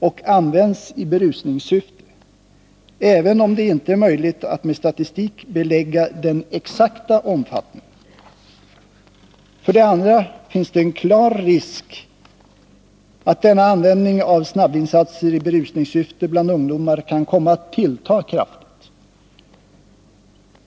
Och de används i berusningssyfte, även om det inte är möjligt att med statistik belägga den exakta omfattningen. För det andra finns det en klar risk att denna användning av snabbvinsatser i berusningssyfte bland ungdomar kan komma att tillta kraftigt.